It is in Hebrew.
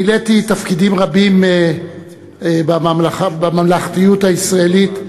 מילאתי תפקידים רבים בממלכתיות הישראלית,